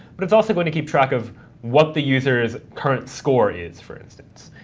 but it's also going to keep track of what the user's current score is, for instance.